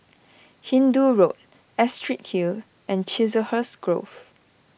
Hindoo Road Astrid Hill and Chiselhurst Grove